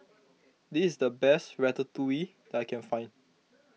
this is the best Ratatouille that I can find